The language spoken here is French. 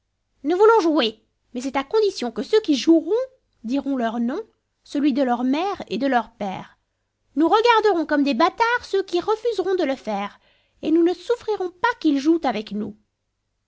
nous voulons jouer mais c'est à condition que ceux qui joueront diront leur nom celui de leur mère et de leur père nous regarderons comme des bâtards ceux qui refuseront de le faire et nous ne souffrirons pas qu'ils jouent avec nous